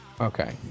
Okay